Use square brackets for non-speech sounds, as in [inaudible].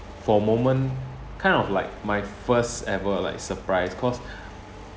for a moment kind of like my first ever like surprise cause [breath]